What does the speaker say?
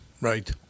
right